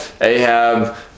Ahab